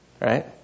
Right